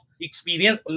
experience